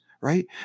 right